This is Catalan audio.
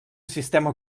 sistema